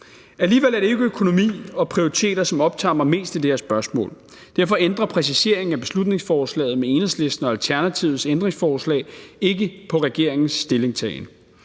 Alligevel er det jo ikke økonomi og prioriteter, som optager mig mest i det her spørgsmål. Derfor ændrer præciseringen af beslutningsforslaget med Enhedslisten og Alternativets ændringsforslag ikke på regeringens stillingtagen.